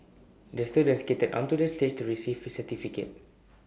the student skated onto the stage to receive his certificate